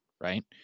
Right